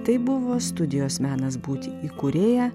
tai buvo studijos menas būti įkūrėja